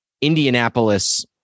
Indianapolis